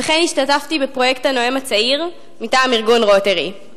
וכן השתתפתי בפרויקט "הנואם הצעיר" מטעם ארגון "רוטרי".